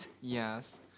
Yes